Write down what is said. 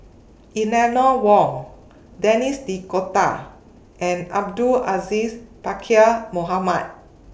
Eleanor Wong Denis D'Cotta and Abdul Aziz Pakkeer Mohamed